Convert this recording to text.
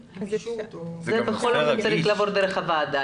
זה בכל מקרה צריך לעבור דרך הוועדה.